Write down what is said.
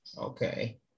Okay